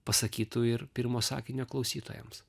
pasakytų ir pirmo sakinio klausytojams